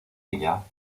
ella